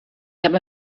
habe